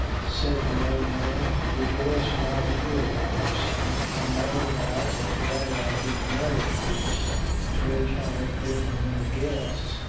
said the old man, rejoice in all good, o my son, and know thou that to-day i give a marriage-feast, to which i have bidden many guests,